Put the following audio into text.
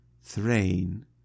Thrain